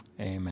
Amen